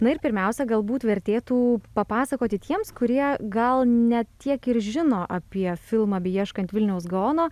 na ir pirmiausia galbūt vertėtų papasakoti tiems kurie gal ne tiek ir žino apie filmą beieškant vilniaus gaono